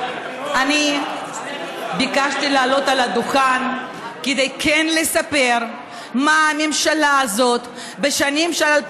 אני ביקשתי לעלות על הדוכן כדי כן לספר מה הממשלה הזאת עשתה בשנים 2015